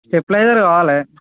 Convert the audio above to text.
stabiliser కావాలి